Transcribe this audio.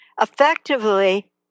effectively